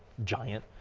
giant.